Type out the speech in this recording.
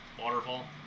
waterfall